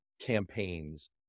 campaigns